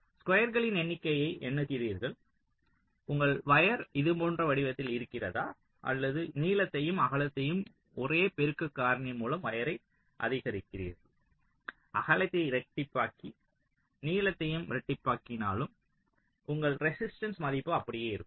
ஸ்குயர்களின் எண்ணிக்கையை எண்ணுகிறீர்கள் உங்கள் வயர் இதுபோன்ற வடிவத்தில் இருக்கிறதா அல்லது நீளத்தையும் அகலத்தையும் ஒரே பெருக்க காரணி மூலம் வயரை அதிகரிக்கிறீர்கள் அகலத்தை இரட்டிப்பாக்கி நீளத்தையும் இரட்டிப்பாக்கினாலும் உங்கள் ரெசிஸ்டன்ஸின் மதிப்பு அப்படியே இருக்கும்